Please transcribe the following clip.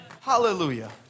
Hallelujah